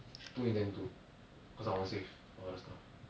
don't intend to cause I want to save for other stuff